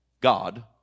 God